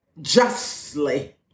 justly